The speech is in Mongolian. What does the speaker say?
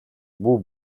бүү